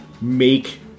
make